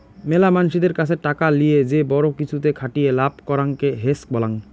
মেলা মানসিদের কাছে টাকা লিয়ে যে বড়ো কিছুতে খাটিয়ে লাভ করাঙকে হেজ বলাং